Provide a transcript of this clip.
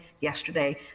yesterday